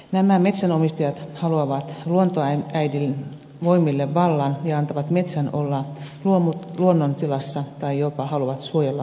nämä metsänomistajat haluavat luontoäidin voimille vallan ja antavat metsän olla luonnontilassa tai jopa haluavat suojella maitaan